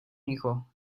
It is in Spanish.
hijo